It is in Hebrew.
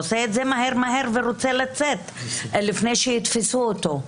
הוא עושה את זה מהר מהר ורוצה לצאת לפני שיתפסו אותו.